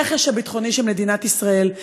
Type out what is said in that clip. הרכש הביטחוני של מדינת ישראל.